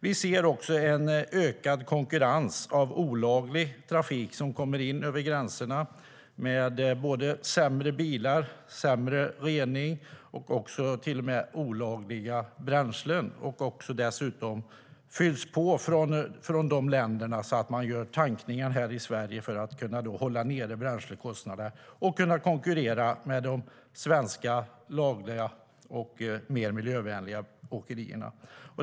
Vi ser också en ökad konkurrens av olaglig trafik som kommer in över gränserna med sämre bilar, sämre rening och till och med olagliga bränslen som dessutom fylls på från de länderna. Man tankar här i Sverige för att kunna hålla nere bränslekostnaderna och kunna konkurrera med de svenska lagliga och mer miljövänliga åkerierna.